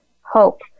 hope